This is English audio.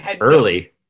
Early